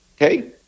Okay